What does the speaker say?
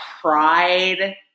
pride